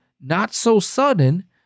not-so-sudden